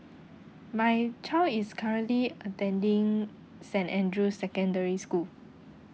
my child is currently attending saint andrew's secondary school